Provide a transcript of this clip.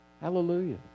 Hallelujah